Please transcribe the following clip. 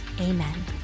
Amen